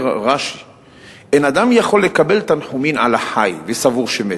אומר רש"י: "אין אדם יכול לקבל תנחומין על החי וסבור שמת.